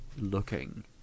looking